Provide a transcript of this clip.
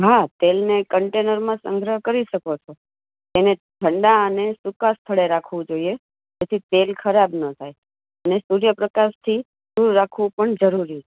હા તેલને કન્ટેનરમાં સંગ્રહ કરી શકો છો તેને ઠંડા અને સૂકા સ્થળે રાખવું જોઈએ જેથી તેલ ખરાબ ન થાય ને સૂર્યપ્રકાશથી દૂર રાખવું પણ જરૂરી